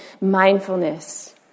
mindfulness